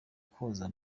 koza